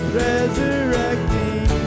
resurrecting